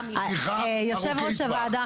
יושב ראש הוועדה,